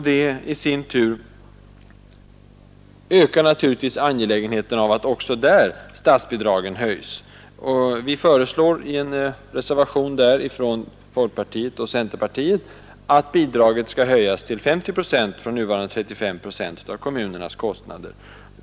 Det i sin tur ökar angelägenheten av att även där statsbidragen höjs. I en reservation från folkpartiet och centern föreslås att bidraget skall höjas till 50 procent från nuvarande 35 procent av kommunernas kostnader.